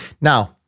Now